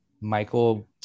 Michael